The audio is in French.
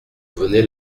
venait